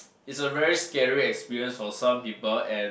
is a very scary experience for some people and